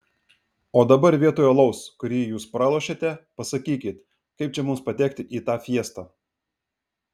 o dabar vietoj alaus kurį jūs pralošėte pasakykit kaip čia mums patekti į tą fiestą